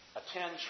attend